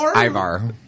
Ivar